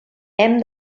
hem